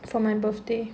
for my birthday